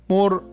More